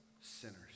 sinners